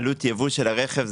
העלות יבוא של הרכב,